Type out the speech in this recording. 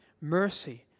mercy